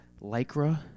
lycra